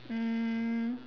um